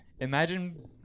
imagine